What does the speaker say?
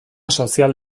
sozial